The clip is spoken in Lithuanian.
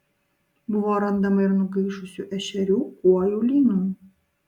buvo randama ir nugaišusių ešerių kuojų lynų